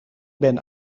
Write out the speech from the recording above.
ben